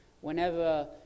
whenever